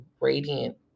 radiant